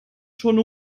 schon